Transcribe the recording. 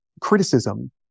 criticism